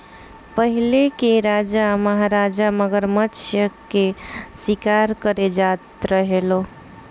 पहिले के राजा महाराजा मगरमच्छ के शिकार करे जात रहे लो